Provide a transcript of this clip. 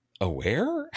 aware